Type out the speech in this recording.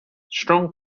strong